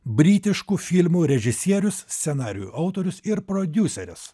britiškų filmų režisierius scenarijų autorius ir prodiuseris